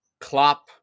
Klopp